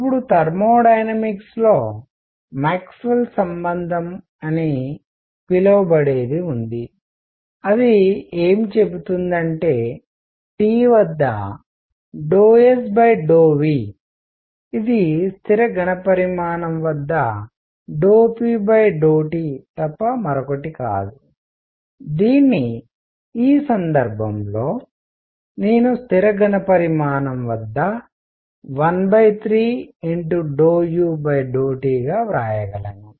ఇప్పుడు థర్మోడైనమిక్స్ లో మాక్స్వెల్ సంబంధం అని పిలువబడేది ఉంది అది చెబుతుందంటే T వద్ద 𝝏s 𝝏V ఇది స్థిర ఘణపరిమాణం వద్ద 𝝏p 𝝏T తప్ప మరొకటి కాదు దీన్ని ఈ సందర్భంలో నేను స్థిర ఘణపరిమాణం వద్ద ⅓ 𝝏U𝝏T గా వ్రాయగలను